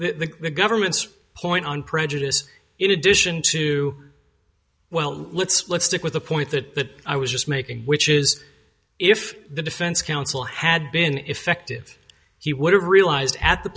and the government's point on prejudice in addition to well let's let's stick with the point that i was just making which is if the defense counsel had been effective he would have realized at the